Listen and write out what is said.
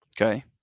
Okay